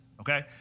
okay